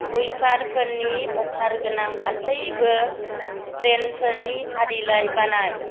वेफारफोरनि अफार गोनां गासैबो ब्रेन्डफोरनि फारिलाइ बानाय